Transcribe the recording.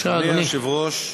אדוני היושב-ראש,